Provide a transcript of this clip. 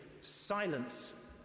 Silence